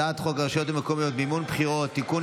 הצעת חוק הרשויות המקומיות (מימון בחירות) (תיקון,